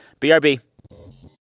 BRB